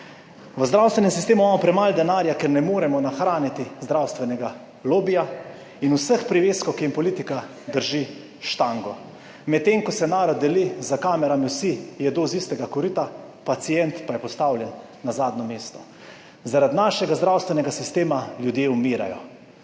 V zdravstvenem sistemu imamo premalo denarja, ker ne moremo nahraniti zdravstvenega lobija in vseh priveskov, ki jim politika drži štango, medtem ko se narod deli za kamerami, vsi jedo z istega korita, pacient pa je postavljen na zadnje mesto. Zaradi našega zdravstvenega sistema ljudje umirajo